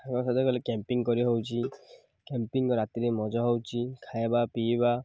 ସାଙ୍ଗ ସାଥେ ଗଲେ କ୍ୟାମ୍ପିଙ୍ଗ୍ କରି ହେଉଛି କ୍ୟାମ୍ପିଂ ରାତିରେ ମଜା ହେଉଛି ଖାଇବା ପିଇବା